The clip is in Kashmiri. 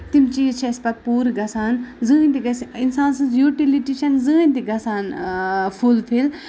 تِم چیٖز چھِ اَسہِ پَتہٕ پوٗرٕ گژھان زٕہنۍ تہِ گژھِ اِنسان سٕنٛز یوٹِلِٹی چھےٚ نہٕ زٕہنۍ تہِ گژھان فوٚل فِل